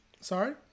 Sorry